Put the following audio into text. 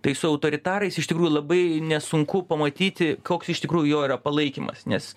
tai su autoritarais iš tikrųjų labai nesunku pamatyti koks iš tikrųjų jo yra palaikymas nes